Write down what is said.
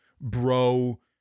bro